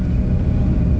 oh